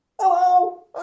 Hello